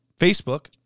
Facebook